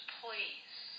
please